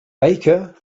baker